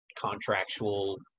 contractual